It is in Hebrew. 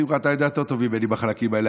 שמחה, אתה יודע יותר טוב ממני בחלקים האלה.